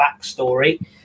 backstory